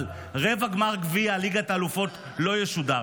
אבל רבע גמר גביע ליגת האלופות לא ישודר,